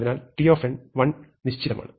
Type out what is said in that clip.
അതിനാൽ t നിശ്ചിതമാണ്